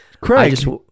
Craig